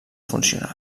funcional